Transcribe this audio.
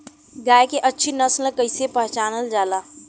गाय के अच्छी नस्ल कइसे पहचानल जाला?